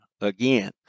again